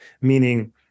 meaning